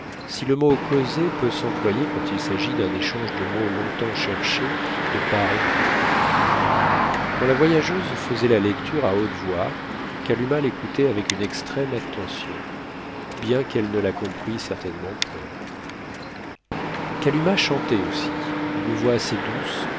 si le mot causer peut s'employer quand il s'agit d'un échange de mots longtemps cherchés de part et d'autre quand la voyageuse faisait la lecture à haute voix kalumah l'écoutait avec une extrême attention bien qu'elle ne la comprît certainement point kalumah chantait aussi d'une voix assez douce